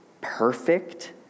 perfect